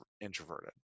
introverted